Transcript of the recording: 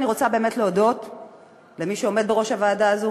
אני רוצה באמת להודות למי שעומד בראש הוועדה הזו,